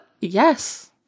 Yes